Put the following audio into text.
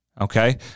Okay